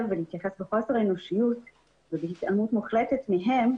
ולהתייחס בחוסר אנושיות ובהתעלמות מוחלטת מהם,